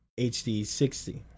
HD60